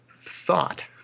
thought